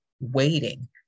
waiting